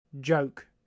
Joke